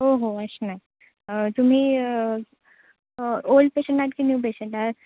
हो हो असणार तुम्ही ओल्ड पेशंट आहेत की न्यू पेशंट आहात